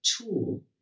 tool